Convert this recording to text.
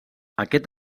aquest